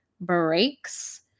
breaks